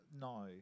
no